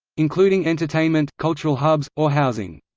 including entertainment, cultural hubs, or housing.